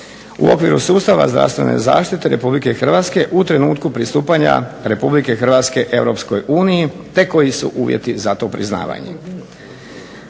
U okviru sustava zdravstvene zaštite Republike Hrvatske u trenutku pristupanja Republike Hrvatske Europskoj uniji, te koji su uvjeti za to priznavanje.